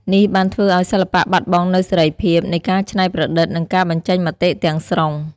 នេះបានធ្វើឱ្យសិល្បៈបាត់បង់នូវសេរីភាពនៃការច្នៃប្រឌិត និងការបញ្ចេញមតិទាំងស្រុង។